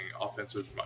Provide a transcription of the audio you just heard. offensive